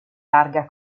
larga